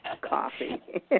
coffee